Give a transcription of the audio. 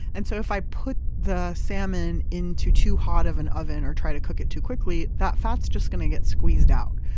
and so if i put the salmon into too hot of an oven or try to cook it too quickly, that fat's just going to get squeezed out,